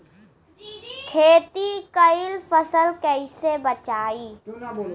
खेती कईल फसल कैसे बचाई?